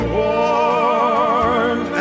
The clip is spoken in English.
warm